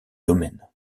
domaines